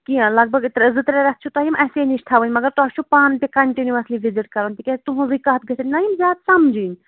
کیٚنٛہہ لگ بھگ زٕ ترٛےٚ ریٚتھ چھِو تۄہہِ یِم اَسے نِش تھاوٕنۍ مَگر تۄہہِ چھُو پانہٕ تہِ کَنٹِنوٗویسلی وِزِٹ کَرُن تِکیازِ تُہٕنزٕے کَتھ گژھَن نا یِم زیادٕ سَمجھٕنۍ